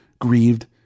grieved